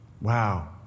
Wow